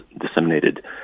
disseminated